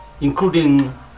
including